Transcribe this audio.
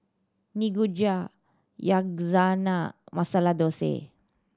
Nikujaga Yakizakana Masala Dosa